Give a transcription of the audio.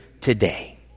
today